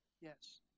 yes